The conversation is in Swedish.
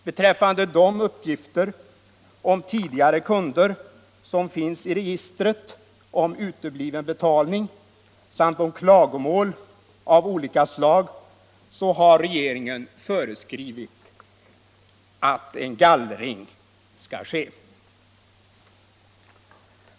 Beträffande de uppgifter om tidigare kunder som finns i registret — gällande utebliven betalning samt klagomål av olika slag — har regeringen föreskrivit att en gallring skall ske.